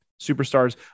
superstars